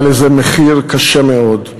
היה לזה מחיר קשה מאוד: